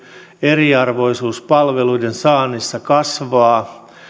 eriarvoisuus palveluiden saannissa kasvaa